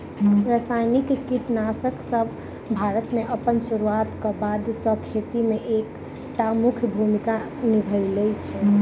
रासायनिक कीटनासकसब भारत मे अप्पन सुरुआत क बाद सँ खेती मे एक टा मुख्य भूमिका निभायल अछि